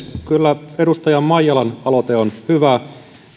kyllä edustaja maijalan aloite on hyvä